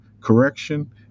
correction